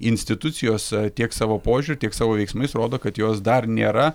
institucijos tiek savo požiūriu tiek savo veiksmais rodo kad jos dar nėra